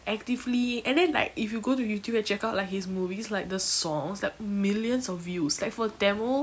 actively and then like if you go to youtube and check out like his movies like the songs like millions of views like for tamil